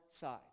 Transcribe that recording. side